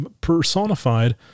personified